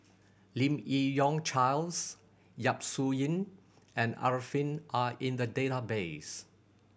Lim Yi Yong Charles Yap Su Yin and Arifin are in the database